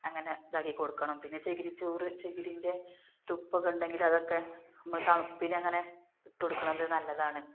അങ്ങനെ ഇതാക്കി കൊടുക്കണം പിന്നെ ചകിരിച്ചോറ് ചകിരിൻ്റെ തുപ്പൊക്കെ ഉണ്ടെങ്കിൽ അതൊക്കെ നമ്മൾ തണുപ്പിനങ്ങനെ ഇട്ട് കൊടുക്കുന്നത് നല്ലതാണ്